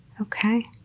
Okay